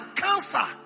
cancer